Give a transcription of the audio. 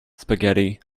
spaghetti